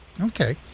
okay